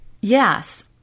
Yes